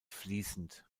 fließend